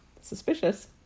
Suspicious